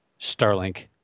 Starlink